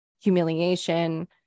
humiliation